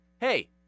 Hey